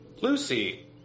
Lucy